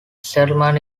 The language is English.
settlement